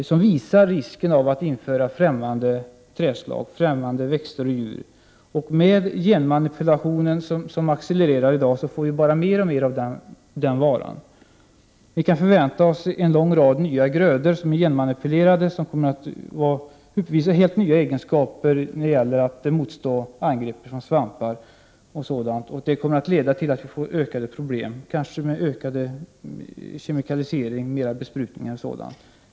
Detta visar risken med att införa ffrämmande träslag, främmande växter och djur. Med genmanipulationen, som accelererar i dag, får vi bara mer och mer av den varan. Vi kan förvänta oss en lång rad nya genmanipulerade grödor som kommer att uppvisa helt nya egenskaper när det gäller att motstå angrepp från svampar osv. Det kommer att leda till ökade problem, kanske med ökad kemikalisering, ökad besprutning och sådant som följd.